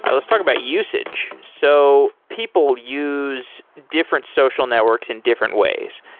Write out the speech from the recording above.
let's talk about usage. so people use different social networks in different ways.